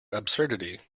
absurdity